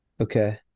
Okay